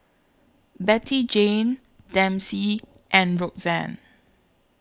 Bettyjane Dempsey and Roxann